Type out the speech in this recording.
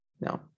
No